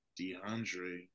DeAndre